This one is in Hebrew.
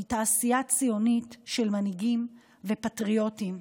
זו תעשיית ציונית של מנהיגים ופטריוטים.